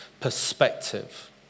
perspective